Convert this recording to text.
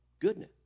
goodness